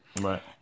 Right